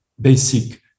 basic